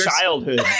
childhood